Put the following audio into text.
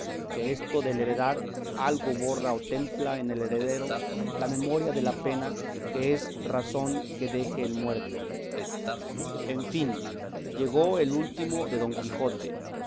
que esto del heredar algo borra o templa en el heredero la memoria de la pena que es razón que deje el muerto en fin llegó el último de don quijote